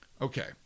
okay